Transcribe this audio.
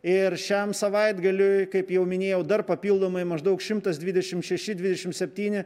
ir šiam savaitgaliui kaip jau minėjau dar papildomai maždaug šimtas dvidešimt šeši dvidešimt septyni